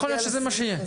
יכול להיות שזה מה שיהיה.